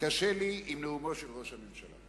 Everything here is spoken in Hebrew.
קשה לי עם נאומו של ראש הממשלה: